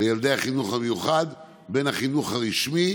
לילדי החינוך המיוחד בין החינוך הרשמי,